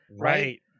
Right